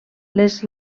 les